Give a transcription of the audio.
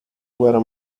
guerra